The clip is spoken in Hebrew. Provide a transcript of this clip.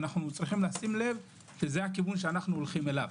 אנו צריכים לשים לב שזה הכיוון שאנו הולכים אליו.